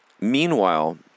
meanwhile